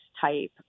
type